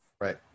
Right